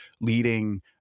leading